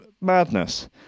Madness